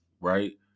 right